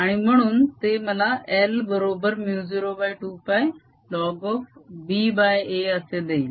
आणि म्हणून ते मला L बरोबर 02πlnba असे देईल